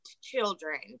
children